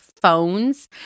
phones